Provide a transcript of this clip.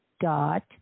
dot